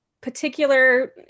particular